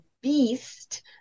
beast